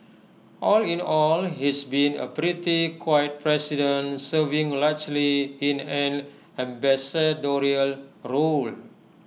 all in all he's been A pretty quiet president serving largely in an ambassadorial role